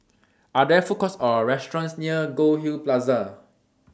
Are There Food Courts Or restaurants near Goldhill Plaza